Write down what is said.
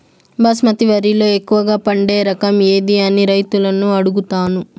బాస్మతి వరిలో ఎక్కువగా పండే రకం ఏది అని రైతులను అడుగుతాను?